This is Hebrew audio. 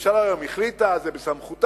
הממשלה היום החליטה, זה בסמכותה.